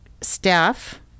staff